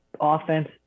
offense